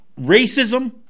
racism